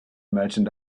merchant